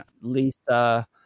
Lisa